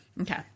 Okay